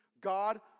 God